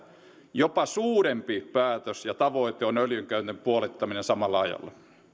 jopa suurempi päätös ja tavoite on öljynkäytön puolittaminen samalla ajalla